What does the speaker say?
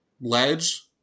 ledge